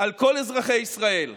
על כל אזרחי ישראל,